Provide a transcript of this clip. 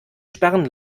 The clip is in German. sperren